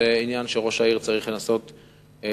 זה עניין שראש העיר צריך לנסות לפתור.